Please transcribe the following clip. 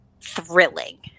thrilling